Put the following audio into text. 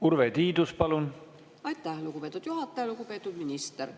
Urve Tiidus, palun! Aitäh, lugupeetud juhataja! Lugupeetud minister!